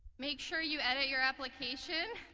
make sure you edit your application.